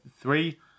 three